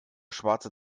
schwarze